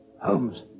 Holmes